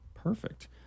Perfect